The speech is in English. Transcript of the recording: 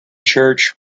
church